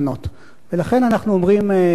ולכן אנחנו אומרים לעירייה: